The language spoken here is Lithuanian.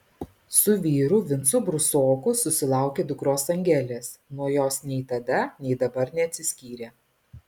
su vyru vincu brusoku susilaukė dukros angelės nuo jos nei tada nei dabar neatsiskyrė